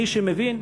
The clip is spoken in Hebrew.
מי שמבין,